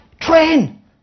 train